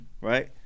Right